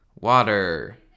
Water